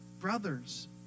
brothers